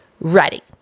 ready